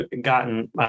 gotten